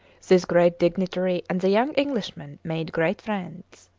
this great dignitary and the young englishman made great friends.